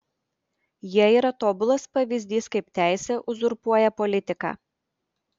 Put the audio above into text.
jie yra tobulas pavyzdys kaip teisė uzurpuoja politiką